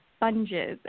sponges